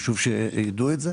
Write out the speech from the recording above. חשוב שידעו את זה.